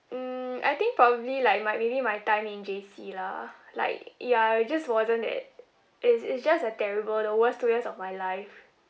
mm I think probably like my maybe my time in J_C lah like ya it just wasn't that is it's just a terrible the worst two years of my life